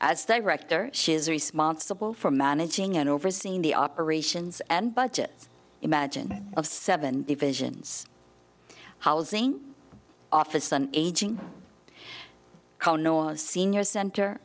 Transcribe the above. director she is responsible for managing and overseeing the operations and budgets imagine of seven divisions housing office an aging kano a senior center